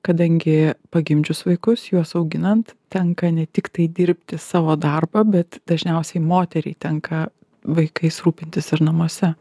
kadangi pagimdžius vaikus juos auginant tenka ne tiktai dirbti savo darbą bet dažniausiai moteriai tenka vaikais rūpintis ir namuose